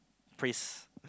priest